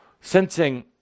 sensing